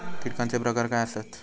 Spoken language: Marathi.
कीटकांचे प्रकार काय आसत?